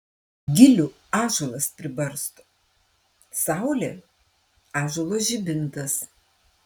gilių ąžuolas pribarsto saulė ąžuolo žibintas